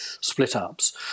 split-ups